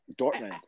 Dortmund